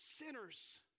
sinners